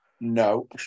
no